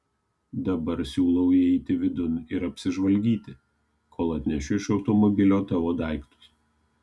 dabar siūlau įeiti vidun ir apsižvalgyti kol atnešiu iš automobilio tavo daiktus